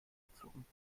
gezogen